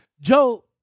Joe